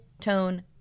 tone